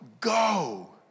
go